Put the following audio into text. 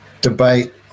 debate